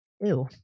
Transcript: Ew